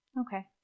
Okay